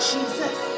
Jesus